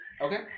okay